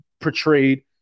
portrayed